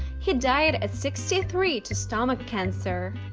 he died at sixty three to stomach cancer.